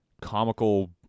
comical